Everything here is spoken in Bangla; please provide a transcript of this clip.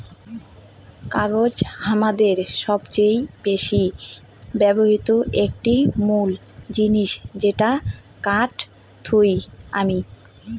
কাগজ হামাদের সবচেয়ে বেশি ব্যবহৃত একটি মুল জিনিস যেটা কাঠ থুই আসি